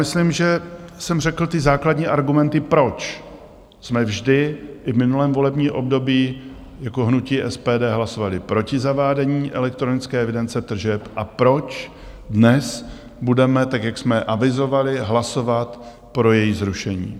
Myslím, že jsem řekl ty základní argumenty, proč jsme vždy, i v minulém volebním období, jako hnutí SPD hlasovali proti zavádění elektronické evidence tržeb a proč dnes budeme, tak jak jsme avizovali, hlasovat pro její zrušení.